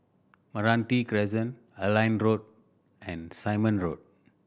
Meranti Crescent Airline Road and Simon Road